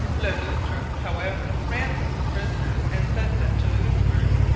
le loutre, however, ransomed the prisoners and sent them to louisbourg.